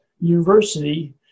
university